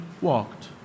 walked